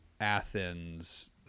athens